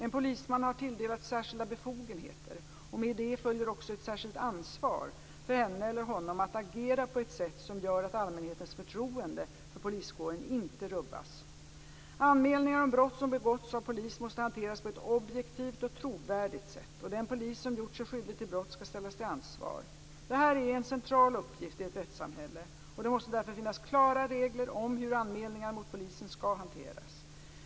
En polisman har tilldelats särskilda befogenheter och med det följer också ett särskilt ansvar för henne eller honom att agera på ett sätt som gör att allmänhetens förtroende för poliskåren inte rubbas. Anmälningar om brott som begåtts av poliser måste hanteras på ett objektivt och trovärdigt sätt, och den polis som gjort sig skyldig till brott skall ställas till ansvar. Detta är en central uppgift i ett rättssamhälle och det måste därför finnas klara regler om hur anmälningar mot poliser skall hanteras.